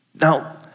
Now